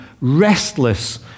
Restless